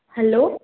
hello